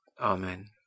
Amen